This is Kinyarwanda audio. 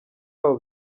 aba